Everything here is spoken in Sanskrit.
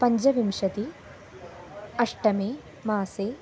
पञ्चविंशतिः अष्टमे मासे